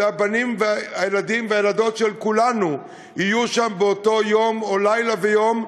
זה הבנים והילדים והילדות של כולנו שיהיו שם באותו יום או לילה ויום,